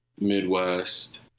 Midwest